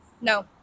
no